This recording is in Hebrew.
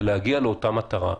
שתגיע לאותה מטרה,